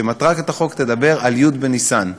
שמטרת החוק תדבר על י' בניסן.